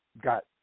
got